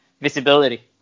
visibility